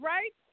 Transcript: Right